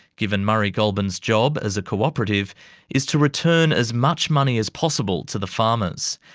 given murray goulburn's job as a cooperative is to return as much money as possible to the farmers.